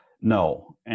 No